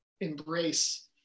embrace